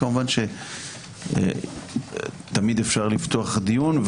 כמובן, תמיד אפשר לפתוח דיון.